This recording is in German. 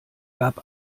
gab